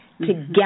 together